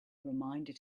reminded